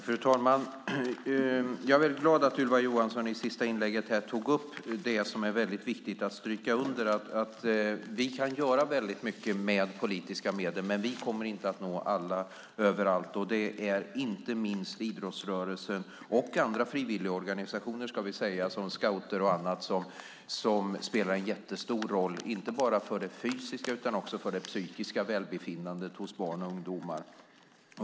Fru talman! Jag är glad att Ylva Johansson i det sista inlägget tog upp det som är viktigt att stryka under: Vi kan göra mycket med politiska medel, men vi kommer inte att nå alla överallt. Inte minst idrottsrörelsen och andra frivilligorganisationer som scouter och andra spelar en jättestor roll inte bara för det fysiska utan också för det psykiska välbefinnandet hos barn och ungdomar.